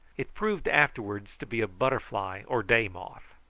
it proved afterwards to be a butterfly or day-moth,